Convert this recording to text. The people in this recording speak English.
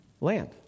land